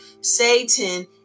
Satan